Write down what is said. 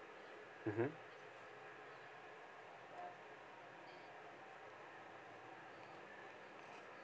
mmhmm